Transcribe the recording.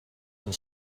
and